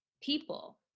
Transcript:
people